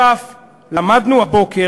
נוסף על כך למדנו הבוקר,